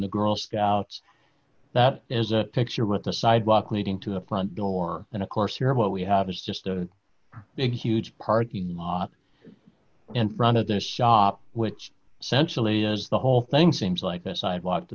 the girl scouts that is a picture with the sidewalk leading to the front door and of course here what we have is just a big huge parking lot in front of the shop which sensually is the whole thing seems like a sidewalk to